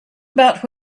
about